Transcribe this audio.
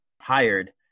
hired